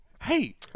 Hey